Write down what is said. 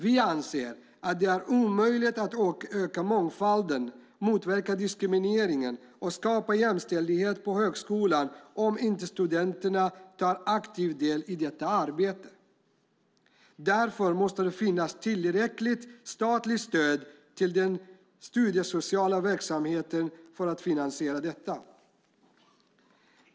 Vi anser att det är omöjligt att öka mångfalden, motverka diskrimineringen och skapa jämställdhet på högskolorna om inte studenterna tar aktiv del i detta arbete. Därför måste det finnas tillräckligt statligt stöd till den studiesociala verksamheten för att finansiera detta.